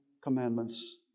commandments